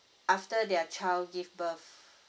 after their child give birth